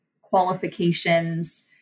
qualifications